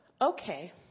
okay